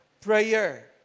prayer